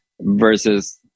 versus